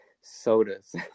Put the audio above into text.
Sodas